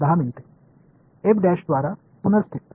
द्वारा पुनर्स्थित